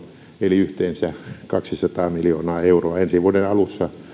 eli yhteensä kaksisataa miljoonaa euroa ensi vuoden alussa